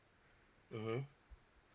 mmhmm